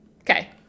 Okay